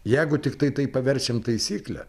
jeigu tiktai tai paverčiam taisykle